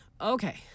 Okay